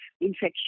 infection